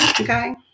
okay